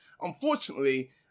Unfortunately